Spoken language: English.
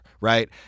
right